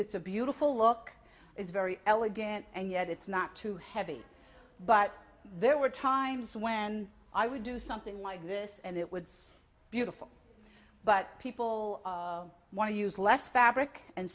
it's a beautiful look it's very elegant and yet it's not too heavy but there were times when i would do something like this and it was beautiful but people want to use less fabric and